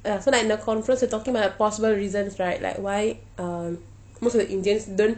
ya so like in the conference we're talking about like possible reasons right like why um most of the indians don't volunteer